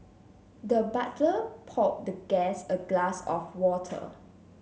the butler poured the guest a glass of water